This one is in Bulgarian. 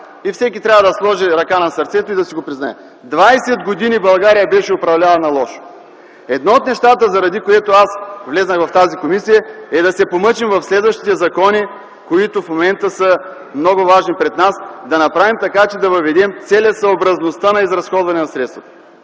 Всеки трябва да сложи ръка на сърцето и да си го признае. Двадесет години България беше управлявана лошо! Едно от нещата, заради които влязох в тази комисия, е да се помъчим в следващите закони, които са много важни, да направим така, че да въведем целесъобразността на изразходване на средствата.